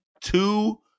two